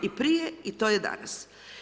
I prije i to je danas.